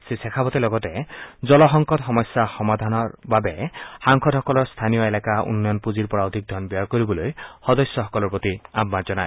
শ্ৰীশেখাৱতে লগতে জলসংকট সমস্য সমাধানৰ বাবে সাংসদসকলৰ স্থানীয় এলেকা উন্নয়ন পুঁজিৰ পৰা অধিক ধন ব্যয় কৰিবলৈ সদস্যসকলৰ প্ৰতি আহান জনায়